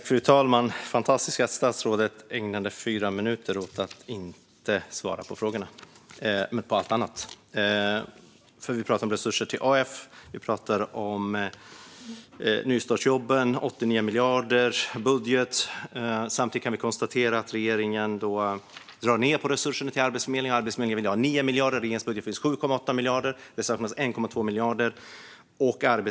Fru talman! Det är fantastiskt att statsrådet ägnade fyra minuter åt att inte svara på frågorna utan prata om allt annat. Vi har pratat om resurser till Arbetsförmedlingen, nystartsjobben och 80 nya miljarder i budgeten. Samtidigt kan vi konstatera att regeringen drar ned på resurserna till Arbetsförmedlingen. Arbetsförmedlingen ville ha 9 miljarder; i regeringens budget finns 7,8 miljarder. Det saknas 1,2 miljarder.